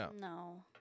no